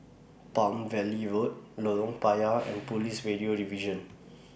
Palm Valley Road Lorong Payah and Police Radio Division